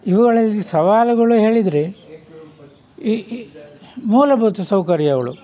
ಇವುಗಳಲ್ಲಿ ಸವಾಲುಗಳು ಹೇಳಿದರೆ ಈ ಈ ಮೂಲಭೂತ ಸೌಕರ್ಯಗಳು